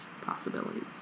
possibilities